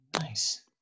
Nice